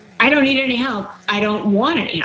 i don't need any help, i don't want any